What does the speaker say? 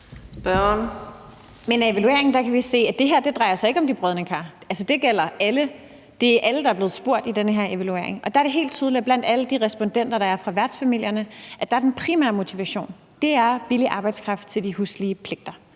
Men af evalueringen kan vi se, at det her ikke drejer sig om de brodne kar. Altså, det gælder alle, der er blevet spurgt i den her evaluering. Det er helt tydeligt, at blandt alle de respondenter, der er fra værtsfamilierne, er den primære motivation billig arbejdskraft til de huslige pligter.